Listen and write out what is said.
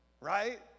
Right